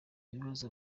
bibazo